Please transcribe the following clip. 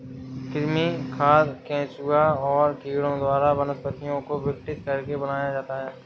कृमि खाद केंचुआ और कीड़ों द्वारा वनस्पतियों को विघटित करके बनाया जाता है